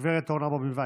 גב' אורנה ברביבאי.